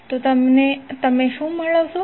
તો તમે શું મેળવશો